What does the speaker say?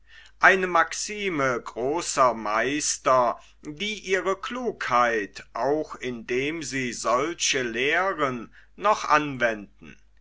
eine maxime großer meister die ihre klugheit auch indem sie solche lehren noch anwenden